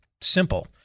simple